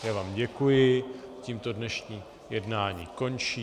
Já vám děkuji, tímto dnešní jednání končím.